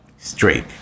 Straight